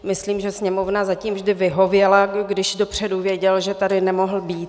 Myslím, že Sněmovna zatím vždy vyhověla, když dopředu věděl, že tady nemohl být.